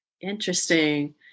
Interesting